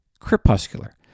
Crepuscular